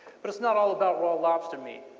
but it's not all about raw lobster meat.